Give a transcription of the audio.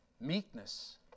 meekness